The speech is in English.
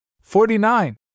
Forty-nine